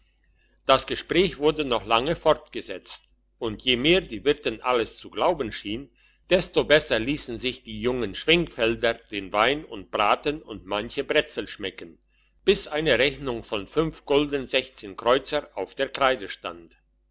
das gespräch wurde noch lange fortgesetzt und je mehr die wirtin alles zu glauben schien desto besser liessen sich die jungen schwenkfelder den wein und braten und manche bretzel schmecken bis eine rechnung von sechs kreuzer auf der kreide stand